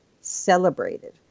Celebrated